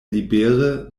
libere